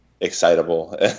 excitable